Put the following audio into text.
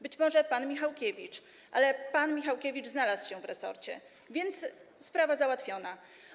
Być może pan Michałkiewicz, ale pan Michałkiewicz znalazł się w resorcie, więc sprawa załatwiona.